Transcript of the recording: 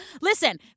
listen